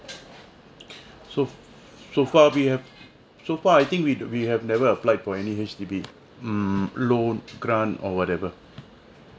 so so far we have so far I think we we have never applied for any H_D_B mm loan grant or whatever